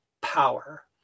power